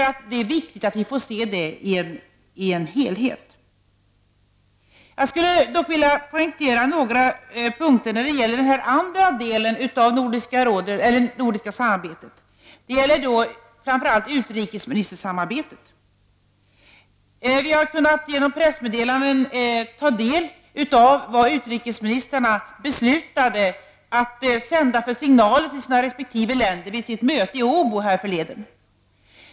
Det är ju viktigt att vi får se till helheten. Vidare skulle jag vilja poängtera några saker när det gäller den andra delen av det nordiska samarbetet. Det gäller då framför allt samarbetet mellan utrikesministrarna. Vi har genom pressmeddelanden kunnat ta del av utrikesministrarnas beslut om signaler till resp. land vid deras möte i Åbo härförleden.